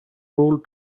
rule